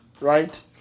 right